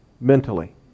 mentally